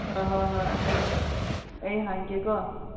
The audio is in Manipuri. ꯍꯣꯏ ꯍꯣꯏ ꯍꯣꯏ ꯑꯗꯨꯅꯤ ꯑꯩ ꯍꯪꯒꯦ ꯀꯣ